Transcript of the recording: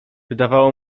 wydawało